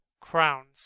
crowns